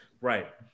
Right